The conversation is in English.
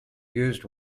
used